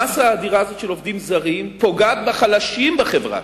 המאסה האדירה הזאת של עובדים זרים פוגעת בחלשים בחברה,